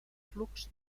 flux